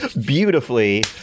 beautifully